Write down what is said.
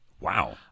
Wow